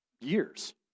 years